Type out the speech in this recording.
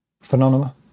phenomena